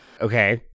okay